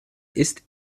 ist